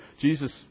Jesus